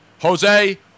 Jose